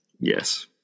Yes